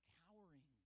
cowering